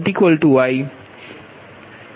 એટલે કે